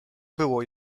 było